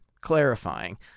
clarifying—